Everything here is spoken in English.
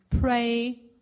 pray